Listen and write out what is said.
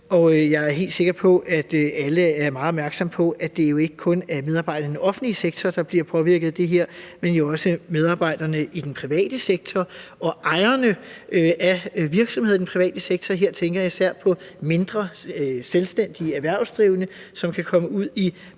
er helt sikker på, at alle er meget opmærksomme på, at det jo ikke kun er medarbejderne i den offentlige sektor, der bliver påvirket af det her, men også medarbejderne i den private sektor og ejerne af virksomhederne i den private sektor. Her tænker jeg især på mindre selvstændige erhvervsdrivende, som kan komme i